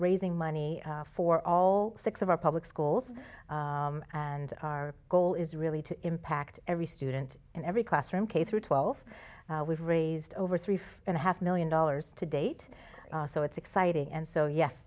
raising money for all six of our public schools and our goal is really to impact every student in every classroom k through twelve we've raised over three and a half million dollars to date so it's exciting and so yes